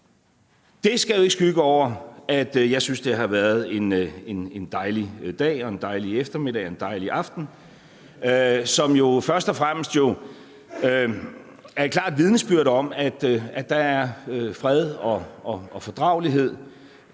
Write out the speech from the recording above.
det skal jo ikke skygge over, at jeg synes, at det har været en dejlig dag, en dejlig eftermiddag og en dejlig aften, som jo først og fremmest er et klart vidnesbyrd om, at der er fred og fordragelighed